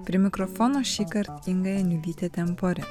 prie mikrofono šįkart inga janiulytė temporin